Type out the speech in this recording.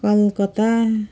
Calcutta